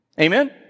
Amen